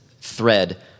thread